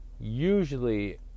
usually